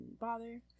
bother